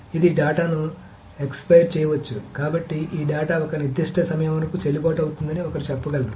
ఇది డేటాను ఎక్సపీర్ చేయవచ్చు కాబట్టి ఈ డేటా ఒక నిర్దిష్ట సమయం వరకు చెల్లుబాటు అవుతుందని ఒకరు చెప్పగలరు